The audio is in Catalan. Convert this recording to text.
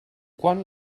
quan